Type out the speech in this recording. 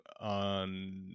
on